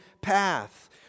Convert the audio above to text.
path